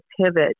pivot